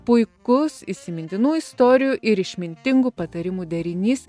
puikus įsimintinų istorijų ir išmintingų patarimų derinys